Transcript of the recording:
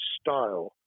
style